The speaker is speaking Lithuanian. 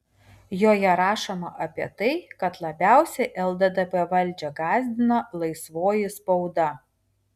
joje rašoma apie tai kad labiausiai lddp valdžią gąsdina laisvoji spauda